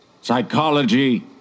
psychology